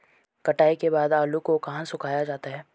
कटाई के बाद आलू को कहाँ सुखाया जाता है?